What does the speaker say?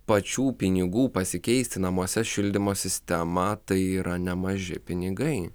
pačių pinigų pasikeisti namuose šildymo sistemą tai yra nemaži pinigai